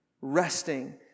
resting